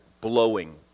blowing